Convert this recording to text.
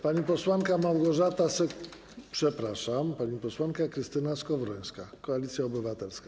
Pani posłanka Małgorzata przepraszam, pani posłanka Krystyna Skowrońska, Koalicja Obywatelska.